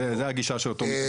זו הגישה של אותו אדם.